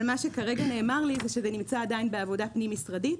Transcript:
אבל נאמר לי שזה נמצא עדיין בעבודה פנים-משרדית,